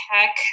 tech